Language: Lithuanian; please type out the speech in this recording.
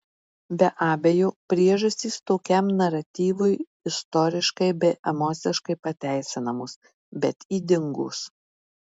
be abejo priežastys tokiam naratyvui istoriškai bei emociškai pateisinamos bet ydingos